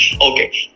Okay